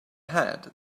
had